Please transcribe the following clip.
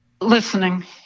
Listening